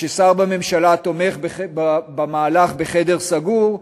כששר בממשלה תומך במהלך בחדר סגור,